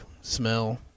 smell